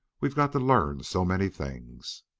we've got to learn so many things!